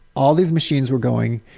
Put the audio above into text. all these machines were going,